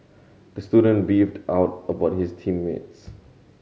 the student beefed out about his team mates